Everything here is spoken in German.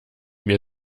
mir